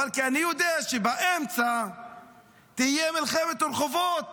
אבל אני יודע שבאמצע תהיה מלחמת רחובות